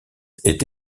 est